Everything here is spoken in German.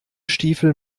stiefel